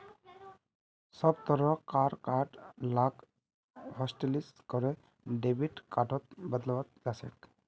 सब तरह कार कार्ड लाक हाटलिस्ट करे डेबिट कार्डत बदलाल जाछेक